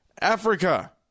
Africa